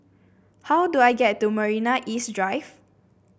how do I get to Marina East Drive